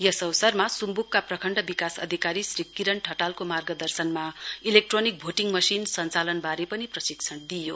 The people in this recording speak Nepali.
यस अवसरमा सुम्वुकका प्रखण्ड विकास अधिकारी श्री किरण ठटालको मार्गदर्शनमा इलेक्ट्रोनिक भोटिङ मशिन संचालनवारे पनि प्रशिक्षण दिइयो